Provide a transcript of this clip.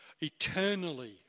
eternally